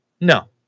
No